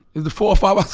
is the four or five